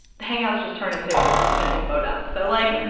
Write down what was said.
hangouts just turn into an info dump. so, like,